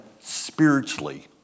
spiritually